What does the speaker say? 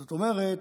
זאת אומרת,